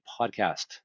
podcast